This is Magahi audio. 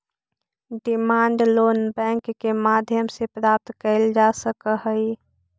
डिमांड लोन बैंक के माध्यम से प्राप्त कैल जा सकऽ हइ